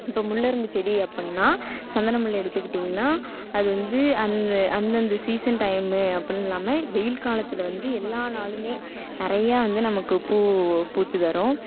இப்ப முல்லைரும்பு செடி அப்புடின்னா சந்தன முல்லை எடுத்துகிட்டிங்கன்னால் அது வந்து அந்த அந்தந்த சீசன் டைமு அப்படின்னு இல்லாமல் வெயில் காலத்தில் வந்து எல்லா நாளும் நிறையா வந்து நமக்கு பூ பூத்து தரும்